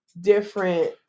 different